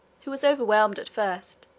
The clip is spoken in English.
who was overwhelmed at first,